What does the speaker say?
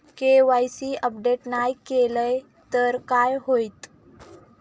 KYC update नाय केलय तर काय होईत?